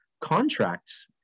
contracts